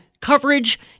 coverage